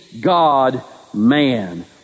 God-man